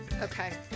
Okay